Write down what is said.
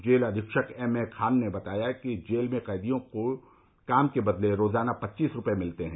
jail अधीक्षक M A Khan ने बताया कि जेल में कैदियों को काम के बदले रोजाना पच्चीस रूपये मिलते हैं